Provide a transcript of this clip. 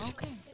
Okay